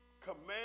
command